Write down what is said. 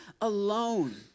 alone